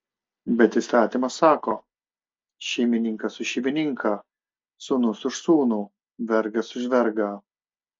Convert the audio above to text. bet įstatymas sako šeimininkas už šeimininką sūnus už sūnų vergas už vergą